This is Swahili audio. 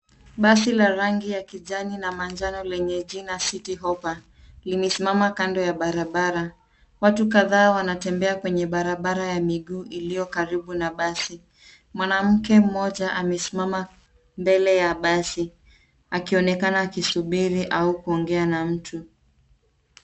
Basi la rangi ya kijani na manjano lenye jina City Hopper limesimama kando ya barabara. Watu kadhaa wanatembea kwenye barabara ya miguu iliyokaribu na basi. Mwanamke mmoja amesimama mbele ya basi akionekana akisubiri au kuongea na mtu.